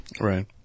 Right